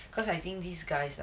because I think these guys like